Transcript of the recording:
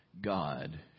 God